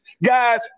Guys